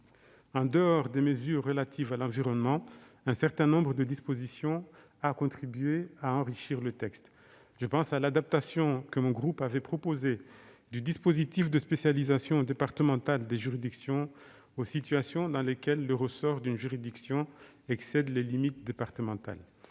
En dehors des mesures relatives à l'environnement, un certain nombre de dispositions ont contribué à enrichir le texte. Je citerai l'adaptation, proposée par mon groupe, du dispositif de spécialisation départementale des juridictions aux situations dans lesquelles le ressort d'une juridiction excède les limites départementales.